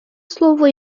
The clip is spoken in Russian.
слово